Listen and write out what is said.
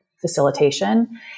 facilitation